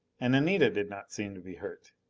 and anita did not seem to be hurt.